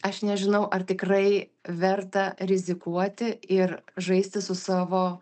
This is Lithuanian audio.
aš nežinau ar tikrai verta rizikuoti ir žaisti su savo